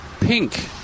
Pink